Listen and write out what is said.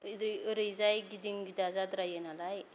ओरैजाय गिदिं गिदा जाद्रायो नालाय